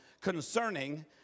concerning